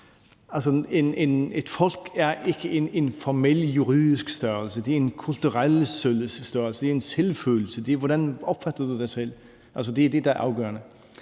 et folk er ikke en formel juridisk størrelse, det er en kulturel størrelse, det er en selvfølelse, det er, hvordan man opfatter sig selv. Det er det, der er afgørende.